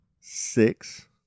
six